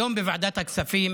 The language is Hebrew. היום בוועדת הכספים